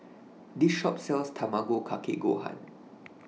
This Shop sells Tamago Kake Gohan